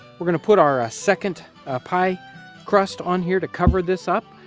we're going to put our ah second ah pie crust on here to cover this up,